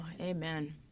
amen